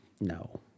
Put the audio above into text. no